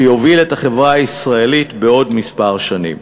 שיוביל את החברה הישראלית בעוד כמה שנים.